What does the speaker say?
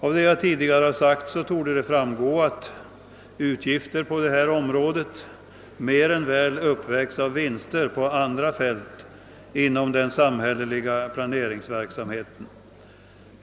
Av vad jag har sagt torde framgå att utgifterna på detta område mer än väl uppvägs av vinster på andra fält inom den samhälleliga planeringsverksamheten.